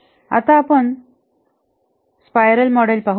आता आपण स्पाइरलं मॉडेल पाहू